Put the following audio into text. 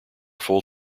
full